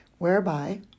Whereby